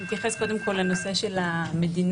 נתייחס קודם כל לנושא של המדינות.